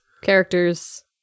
characters